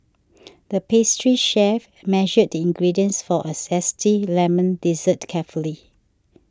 the pastry chef measured the ingredients for a Zesty Lemon Dessert carefully